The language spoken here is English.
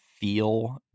feel